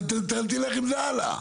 ותלך עם זה הלאה.